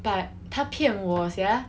but 她骗我 sia